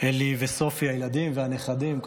אלי וסופי הילדים, והנכדים,